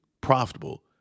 profitable